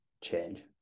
change